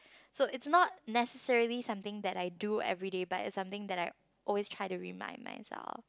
so is not necessary something that I do everyday but is something that I always try to remind myself